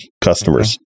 customers